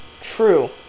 True